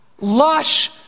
lush